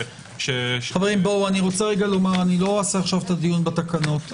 לא אעשה עכשיו את הדיון בתקנות.